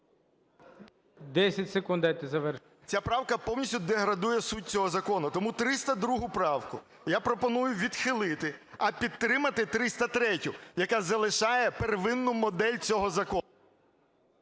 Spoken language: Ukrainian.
Ця правка повністю деградує суть цього закону. Тому 302 правку я пропоную відхилити, а підтримати 303-ю, яка залишає первинну модель цього закону.